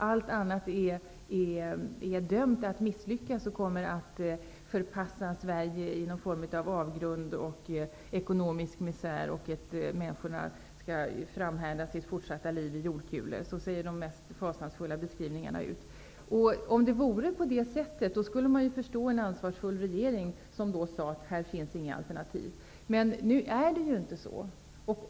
Allt annat är dömt att misslyckas och kommer att förpassa Sverige i någon form av avgrund och ekonomisk misär där människorna skall framhärda sitt fortsatta liv i jordkulor. Så ser de mest fasansfulla beskrivningarna ut. Om det vore på det sättet skulle man förstå att en ansvarsfull regering sade: Här finns inga alternativ. Men nu är det inte så.